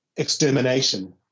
extermination